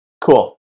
Cool